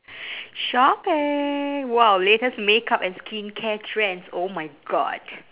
shopping !wow! latest makeup and skincare trends oh my god